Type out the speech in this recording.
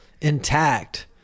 intact